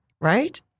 Right